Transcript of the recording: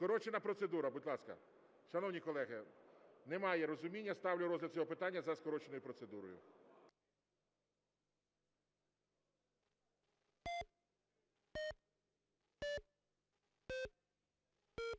Скорочена процедура, будь ласка. Шановні колеги, немає розуміння. Ставлю розгляд цього питання за скороченою процедурою.